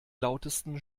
lautesten